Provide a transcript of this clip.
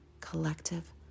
collective